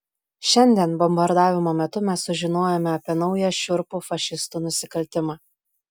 šiandien bombardavimo metu mes sužinojome apie naują šiurpų fašistų nusikaltimą